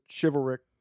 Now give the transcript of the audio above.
chivalric